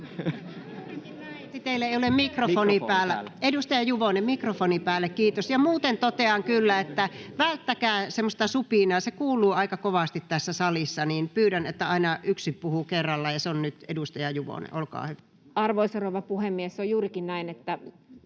Edustaja Juvonen, mikrofoni päälle, kiitos. — Ja muuten totean kyllä, että välttäkää supinaa. Se kuuluu aika kovasti tässä salissa. Pyydän, että aina yksi puhuu kerrallaan, ja se on nyt edustaja Juvonen. — Olkaa hyvä. [Speech 13] Speaker: Anu Vehviläinen